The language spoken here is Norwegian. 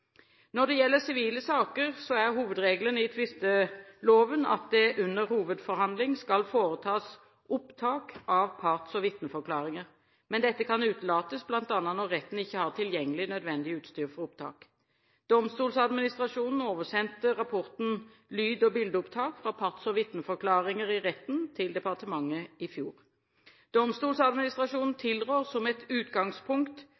Når det gjelder sivile saker, er hovedregelen i tvisteloven at det under hovedforhandling skal foretas opptak av parts- og vitneforklaringer, men dette kan utelates, bl.a. når retten ikke har tilgjengelig nødvendig utstyr for opptak. Domstoladministrasjonen oversendte rapporten «Lyd- og bildeopptak fra parts- og vitneforklaringer i retten» til departementet i